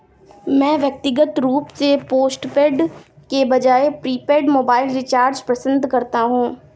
मैं व्यक्तिगत रूप से पोस्टपेड के बजाय प्रीपेड मोबाइल रिचार्ज पसंद करता हूं